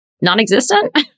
non-existent